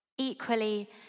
Equally